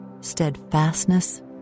steadfastness